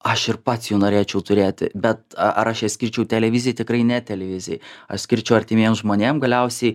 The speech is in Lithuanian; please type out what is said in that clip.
aš ir pats jų norėčiau turėti bet ar aš skirčiau televizijai tikrai ne televizijai aš skirčiau artimiem žmonėm galiausiai